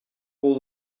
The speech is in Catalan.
cul